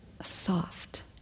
soft